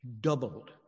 doubled